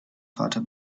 vater